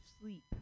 sleep